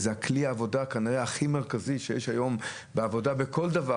זה כלי העבודה כנראה הכי מרכזי שיש היום בעבודה בכל דבר.